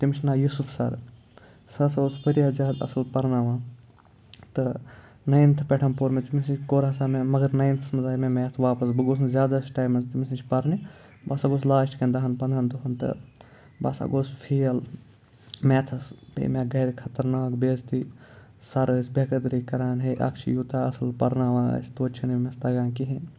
تٔمِس چھُ ناو یوٗسُف سَر سُہ ہَسا اوس واریاہ زیادٕ اَصٕل پَرناوان تہٕ ناینتھٕ پٮ۪ٹھ پوٚر مےٚ تٔمِس نِش کوٚر ہَسا مےٚ مگر نایِنتھَس منٛز آے مےٚ میتھ واپَس بہٕ گوس نہٕ زیادَس ٹایمَس تٔمِس نِش پَرنہِ بہٕ ہَسا گوس لاسٹہٕ کٮ۪ن دَہَن پنٛدہَن دۄہَن تہٕ بہٕ ہَسا گوس فیل میتھَس پے مےٚ گَرِ خطرناک بے عزتی سَر ٲسۍ بے قدری کَران ہے اَکھ چھِ یوٗتاہ اَصٕل پَرناوان أسۍ توتہِ چھِنہٕ أمِس تگان کِہیٖنۍ